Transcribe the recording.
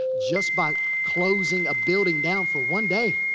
just by closing a building down for one day.